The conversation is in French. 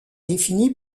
défini